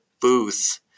booth